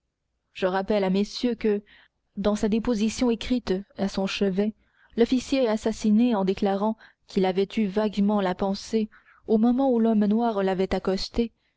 je rappelle à messieurs que dans sa déposition écrite à son chevet l'officier assassiné en déclarant qu'il avait eu vaguement la pensée au moment où l'homme noir l'avait accosté